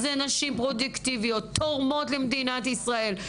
אלה נשים פרודוקטיביות, תורמות למדינת ישראל.